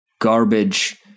garbage